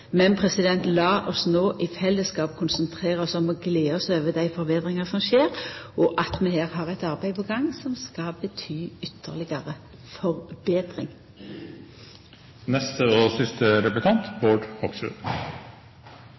men lat oss no i fellesskap konsentrera oss om og gleda oss over dei forbetringane som skjer, og at vi har eit arbeid på gang som skal bety ytterlegare